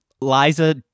Liza